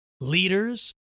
leaders